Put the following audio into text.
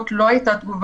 לא על כל פרק